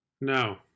No